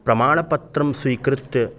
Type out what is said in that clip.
प्रमाणपत्रं स्वीकृत्य